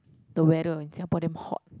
the weather in Singapore damn hot